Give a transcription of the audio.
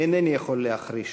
אינני יכול להחריש.